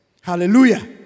Hallelujah